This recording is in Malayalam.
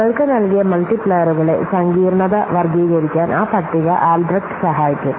നിങ്ങൾക്ക് നൽകിയ മൾട്ടിപ്ലയറുകളെ സങ്കീർണ്ണത വർഗ്ഗീകരിക്കാൻ ആ പട്ടിക ആൽബ്രെക്റ്റ് സഹായിക്കും